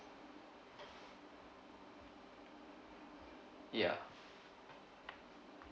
ya